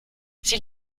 sie